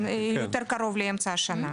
יותר קרוב לאמצע השנה.